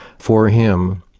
for him,